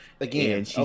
Again